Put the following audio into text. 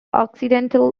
occidental